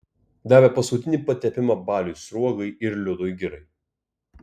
davė paskutinį patepimą baliui sruogai ir liudui girai